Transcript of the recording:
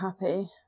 happy